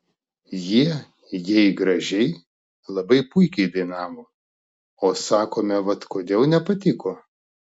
jie jei gražiai labai puikiai dainavo o sakome vat kodėl nepatiko